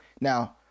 Now